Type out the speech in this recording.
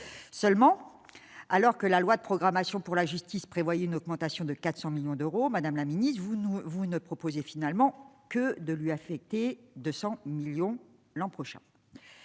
seulement alors que la loi de programmation pour la justice, prévoyait une augmentation de 400 millions d'euros, Madame la Ministre, vous ne vous ne proposez finalement que de lui affecter 200 millions l'an prochain,